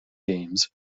games